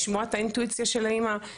לשמוע את האינטואיציה של האימא,